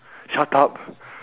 shut up